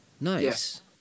Nice